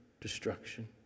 destruction